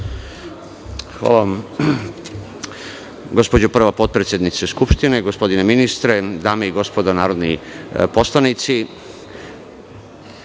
Hvala vam